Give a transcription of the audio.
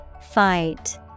Fight